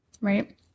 right